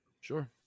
sure